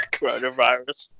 Coronavirus